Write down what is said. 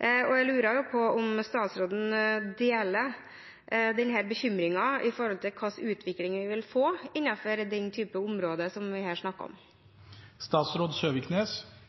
Og jeg lurer jo på om statsråden deler denne bekymringen for hva slags utvikling vi vil få innenfor dette området som vi her snakker